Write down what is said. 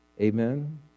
Amen